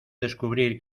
descubrir